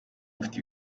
mfite